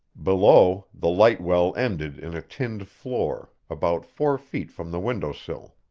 below, the light-well ended in a tinned floor, about four feet from the window sill.